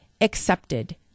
accepted